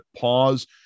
pause